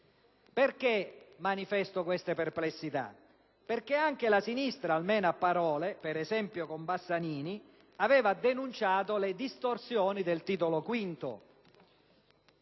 Perché manifesto queste perplessità? Perché anche la sinistra, almeno a parole, per esempio con Bassanini, aveva denunciato le distorsioni del Titolo V.